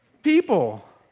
people